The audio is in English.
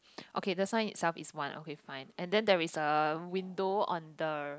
okay the sign itself is one okay fine and than there is a window on the